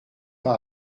pas